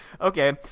Okay